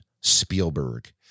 spielberg